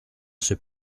c’est